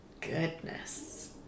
goodness